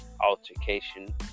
altercation